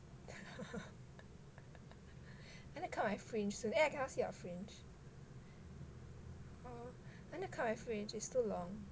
I need to cut my fringe soon eh I cannot see your fringe I need to cut my fringe it's too long